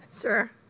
Sure